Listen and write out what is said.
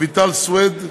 רויטל סויד,